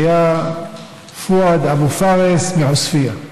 היה פואד אבו פארס מעוספייא.